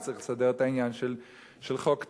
שצריך לסדר את העניין של חוק טל,